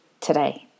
today